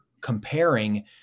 comparing